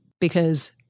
because-